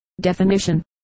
Definition